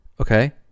okay